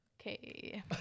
Okay